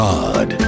God